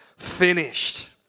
finished